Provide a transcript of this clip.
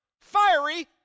fiery